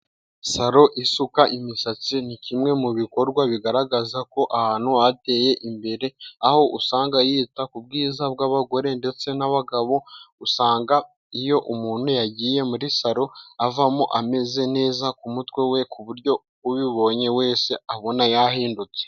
Saro isuka imisatsi ni kimwe mu bikorwa bigaragaza ko ahantu hateye imbere, aho usanga yita ku bwiza bw'abagore ndetse n'abagabo, usanga iyo umuntu yagiye muri saro avamo ameze neza ku mutwe we, ku buryo ubibonye wese abona yahindutse.